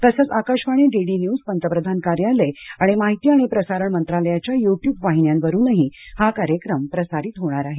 तसंच Akashvani DD news पंतप्रधान कार्यालय आणि माहिती आणि प्रसारण मंत्रालयाच्या युट्युब वाहिन्यांवरूनही हा कार्यक्रम प्रसारित होणार आहे